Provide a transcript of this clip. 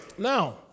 Now